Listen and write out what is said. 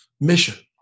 mission